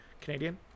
Canadian